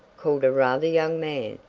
called a rather young man,